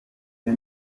byo